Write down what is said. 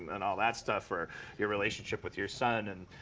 and all that stuff. or your relationship with your son. and